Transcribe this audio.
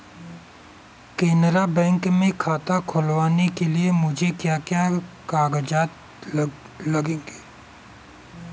Canara bank में खाता खुलवाने के लिए मुझे क्या क्या कागजात लगेंगे?